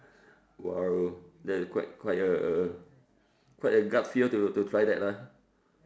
!wow! that is quite quite a a quite a gut feel to to try that ah